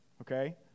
okay